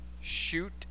shoot